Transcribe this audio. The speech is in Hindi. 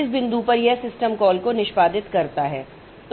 इस बिंदु पर यह सिस्टम कॉल को निष्पादित करता है